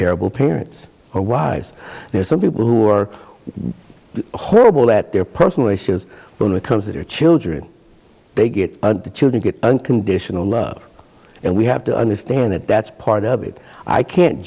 terrible parents or wives there's some people who are horrible that their personal issues when it comes to their children they get the children get unconditional love and we have to understand that that's part of it i can't